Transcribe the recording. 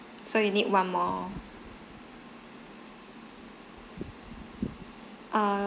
so you need one more err